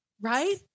right